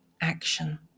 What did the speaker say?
action